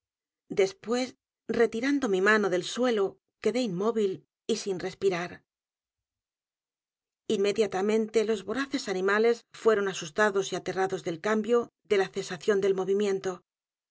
después retirando mi mano del suelo quedé inmóvil y sin respirar inmediatamente los voraces animales fueron asustados y aterrados del cambio de la cesación de